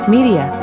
Media